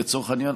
לצורך העניין,